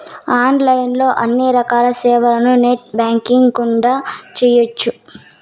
online లో అన్ని రకాల సేవలను నెట్ బ్యాంకింగ్ గుండానే చేయ్యొచ్చు